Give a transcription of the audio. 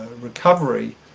recovery